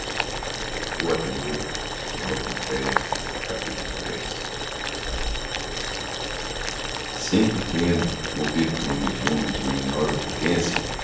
da manhã se em pequeno movido por um vislumbre de luminosa prudência